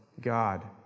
God